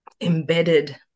embedded